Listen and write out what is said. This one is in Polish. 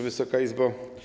Wysoka Izbo!